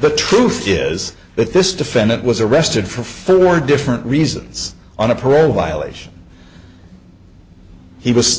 the truth is that this defendant was arrested for for different reasons on a parole violation he was